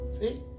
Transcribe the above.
See